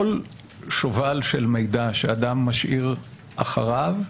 כל שובל של מידע שאדם משאיר אחריו,